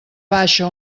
baixa